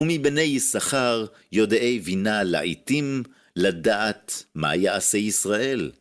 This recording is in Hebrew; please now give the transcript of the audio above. ומבני שכר, יודעי בינה לעיתים, לדעת מה יעשה ישראל.